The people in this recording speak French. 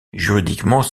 juridiquement